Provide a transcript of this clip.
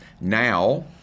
now